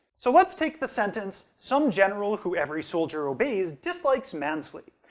so let's take the sentence some general who every soldier obeys dislikes mansley.